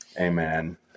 Amen